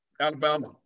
Alabama